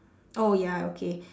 oh ya okay